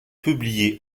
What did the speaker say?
publiés